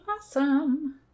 Awesome